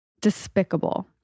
Despicable